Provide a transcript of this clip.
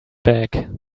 bag